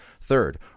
Third